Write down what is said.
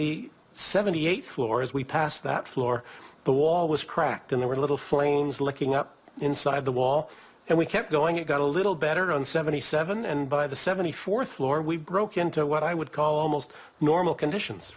the seventy eighth floor as we passed that floor the wall was cracked in the little flames licking up inside the wall and we kept going it got a little better on seventy seven and by the seventy fourth floor we broke into what i would call almost normal conditions